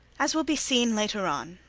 as will be seen later on,